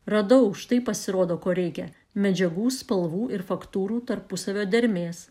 radau štai pasirodo ko reikia medžiagų spalvų ir faktūrų tarpusavio dermės